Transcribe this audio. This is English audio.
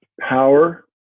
power